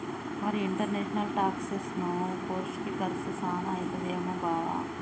మరి ఇంటర్నేషనల్ టాక్సెసను కోర్సుకి కర్సు సాన అయితదేమో బావా